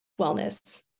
wellness